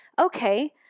Okay